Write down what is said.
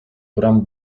bram